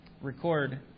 record